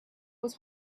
was